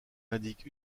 indique